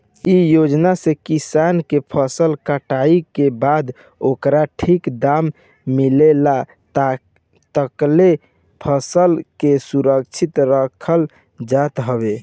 इ योजना से किसान के फसल कटाई के बाद ओकर ठीक दाम मिलला तकले फसल के सुरक्षित रखल जात हवे